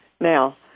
now